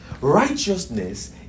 Righteousness